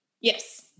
Yes